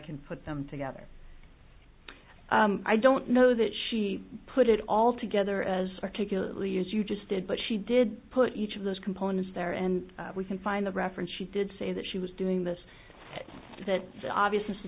can put them together i don't know that she put it all together as articulately as you just did but she did put each of those components there and we can find the reference she did say that she was doing this or that obvious